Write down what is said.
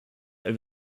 over